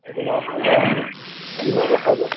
দেখা যাব